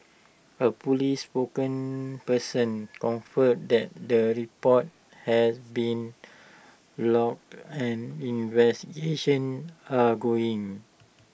A Police spokesperson confirmed that the report has been lodged and investigations are going